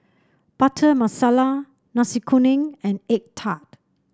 Butter Masala Nasi Kuning and egg tart